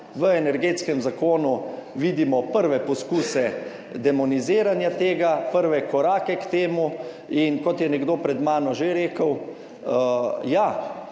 V Energetskem zakonu vidimo prve poskuse demoniziranja tega, prve korake k temu in, kot je nekdo pred mano že rekel, ja,